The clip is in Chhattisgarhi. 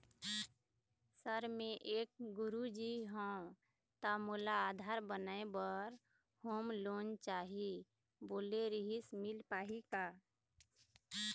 सर मे एक गुरुजी हंव ता मोला आधार बनाए बर होम लोन चाही बोले रीहिस मील पाही का?